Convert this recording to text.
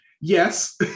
Yes